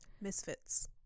Misfits